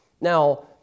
now